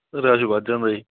rush ਵੱਧ ਜਾਂਦਾ ਜੀ